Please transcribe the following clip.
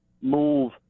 move